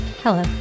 Hello